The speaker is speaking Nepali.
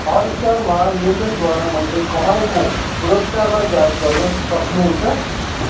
हटस्टारमा लेनदेनद्वारा मैले कमाएको पुरस्कारलाई जाँच गर्न सक्नुहुन्छ